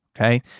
Okay